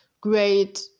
great